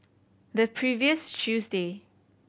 the previous tuesday